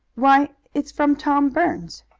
why, it's from tom burns.